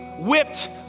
whipped